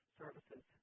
services